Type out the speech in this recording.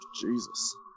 Jesus